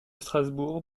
strasbourg